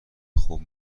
خوب